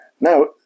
now